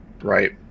Right